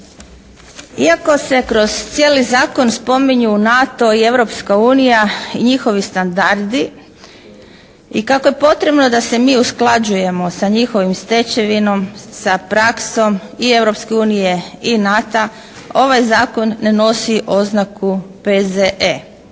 iako se kroz cijeli zakon spominju NATO i Europska unija i njihovi standardi i kako je potrebno da se mi usklađujemo sa njihovom stečevinom i praksom, i Europske unije i NATO-a ovaj zakon ne nosi oznaku P.Z.E.